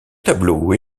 tableau